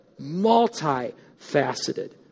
multifaceted